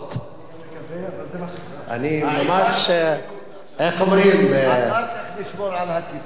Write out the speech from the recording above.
אני גם מקווה, אבל זה מה